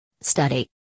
Study